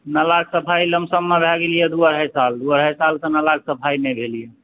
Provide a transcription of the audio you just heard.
नाला कऽ सफाइ लमसमम े भए गेल यऽ दू अढ़ाइ साल दू अढ़ाइ सालसँ नाला कऽ सफाइ नहि भेल यऽ